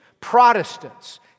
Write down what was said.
Protestants